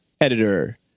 editor